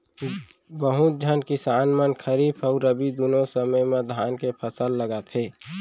बहुत झन किसान मन खरीफ अउ रबी दुनों समे म धान के फसल लगाथें